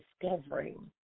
Discovering